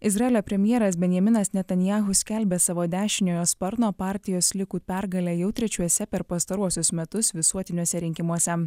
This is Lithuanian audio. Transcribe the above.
izraelio premjeras benjaminas netanyahu skelbia savo dešiniojo sparno partijos likud pergalę jau trečiuose per pastaruosius metus visuotiniuose rinkimuose